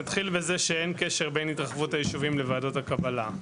נתחיל בזה שאין קשר בין התרחבות הישובים לוועדות הקבלה.